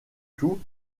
tout